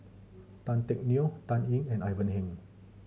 Tan Teck Neo Dan Ying and Ivan Heng